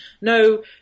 no